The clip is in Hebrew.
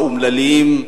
האומללים,